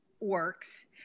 Works